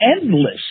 endless